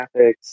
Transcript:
graphics